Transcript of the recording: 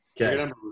Okay